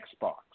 Xbox